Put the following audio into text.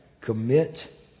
Commit